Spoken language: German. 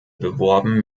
beworben